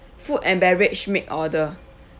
food and beverage make order